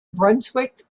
brunswick